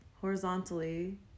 horizontally